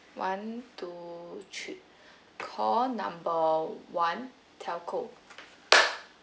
one two three call number one telco